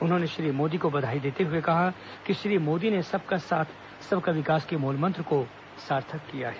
उन्होंने श्री मोदी को बधाई देते हुए कहा कि श्री मोदी ने सबका साथ सबका विकास के मूलमंत्र को सार्थक किया है